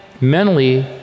mentally